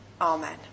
Amen